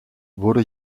wurde